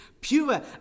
pure